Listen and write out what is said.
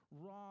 raw